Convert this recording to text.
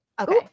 Okay